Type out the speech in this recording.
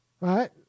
right